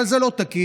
אבל זה לא תקין,